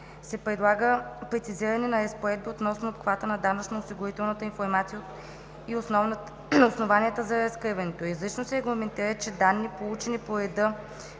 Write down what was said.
се предлага прецизиране на разпоредби относно обхвата на данъчно-осигурителната информация и основанията за разкриването й. Изрично се регламентира, че данните, получени по реда